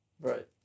Right